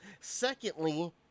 Secondly